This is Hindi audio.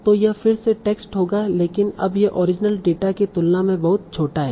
तो यह फिर से टेक्स्ट होगा लेकिन अब यह ओरिजिनल डेटा की तुलना में बहुत छोटा है